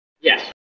Yes